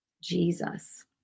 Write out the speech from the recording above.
Jesus